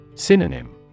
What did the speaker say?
Synonym